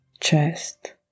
chest